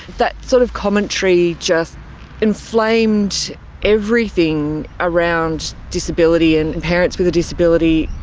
that sort of commentary just inflamed everything around disability and parents with a disability.